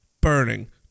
burning